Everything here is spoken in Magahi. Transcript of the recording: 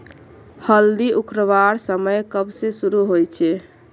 हल्दी उखरवार समय कब से शुरू होचए?